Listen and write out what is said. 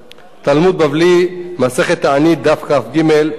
תלמוד בבלי, מסכת תענית, דף כג ע"א.